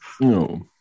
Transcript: No